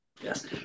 Yes